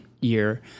year